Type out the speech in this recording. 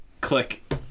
Click